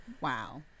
Wow